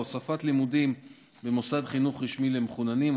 הוספת לימודים במוסד חינוך רשמי למחוננים,